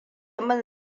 min